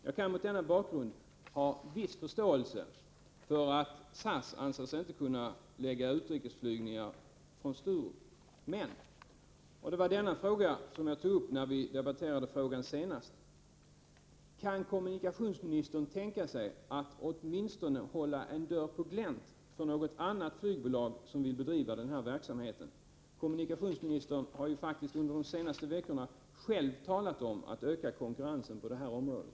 Jag kan mot denna bakgrund ha viss förståelse för att SAS inte anser sig kunna ha utrikesflygningar som utgår från Sturup. Jag vill återkomma till den fråga jag tog upp när vi senast debatterade detta: Kan kommunikationsministern tänka sig att åtminstone hålla en dörr på glänt för något annat flygbolag som vill bedriva den här verksamheten? Kommunikationsministern har ju faktiskt under de senaste veckorna själv talat om att man bör öka konkurrensen på det här området.